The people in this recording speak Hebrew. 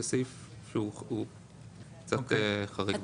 זה סעיף שהוא קצת חריג.